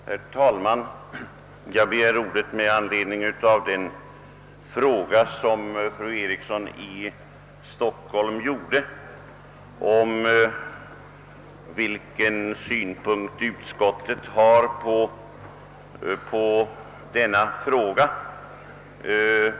Herr talman! Jag har begärt ordet med anledning av den fråga som fru Eriksson i Stockholm ställde om vilken synpunkt utskottet har på detta spörsmål.